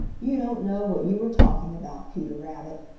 you don't know what you are talking about, peter rabbit.